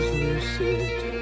lucid